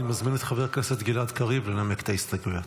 אני מזמין את חבר הכנסת גלעד קריב לנמק את ההסתייגויות,